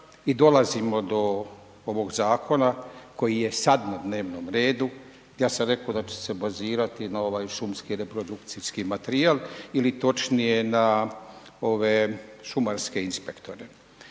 i dolazimo do ovog zakona koji je sad na dnevnom redu, ja sam rekao da ću se bazirati na ovaj šumski reprodukcijski materijal ili točnije na ove šumarske inspektore.